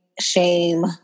shame